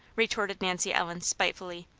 retorted nancy ellen spitefully.